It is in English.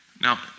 Now